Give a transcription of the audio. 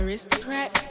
Aristocrat